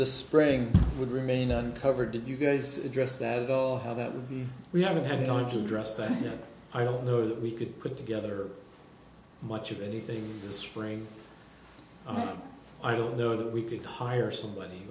the spring would remain uncovered did you guys address that go ahead that would be we haven't had time to address that and i don't know that we could put together much of anything the strain on it i don't know that we could hire somebody